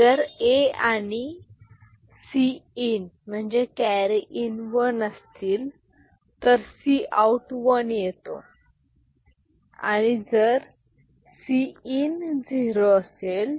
जर A आणि Cin one असतील तर Cout वन येतो आणि जर Cin 0 असेल